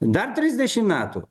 dar trisdešim metų